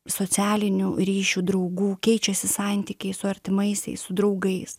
socialinių ryšių draugų keičiasi santykiai su artimaisiais su draugais